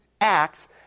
acts